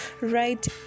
right